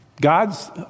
God's